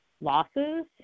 losses